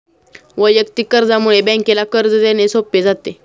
वैयक्तिक कर्जामुळे बँकेला कर्ज देणे सोपे जाते